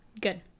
good